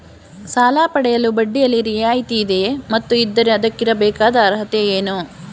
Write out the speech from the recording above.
ಸಾಲ ಪಡೆಯಲು ಬಡ್ಡಿಯಲ್ಲಿ ರಿಯಾಯಿತಿ ಇದೆಯೇ ಮತ್ತು ಇದ್ದರೆ ಅದಕ್ಕಿರಬೇಕಾದ ಅರ್ಹತೆ ಏನು?